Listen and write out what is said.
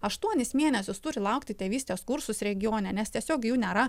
aštuonis mėnesius turi laukti tėvystės kursus regione nes tiesiog jų nėra